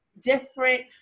different